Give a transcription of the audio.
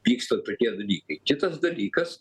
vyksta tokie dalykai kitas dalykas